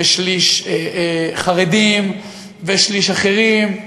שליש חרדים ושליש אחרים,